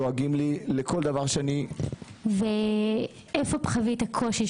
דואגים לי לכל דבר שאני --- איפה חווית קושי,